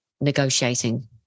negotiating